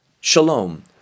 Shalom